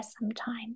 sometime